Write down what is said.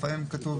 לפעמים כתוב